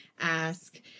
ask